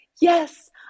yes